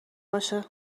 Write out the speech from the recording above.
باشه